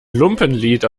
lumpenlied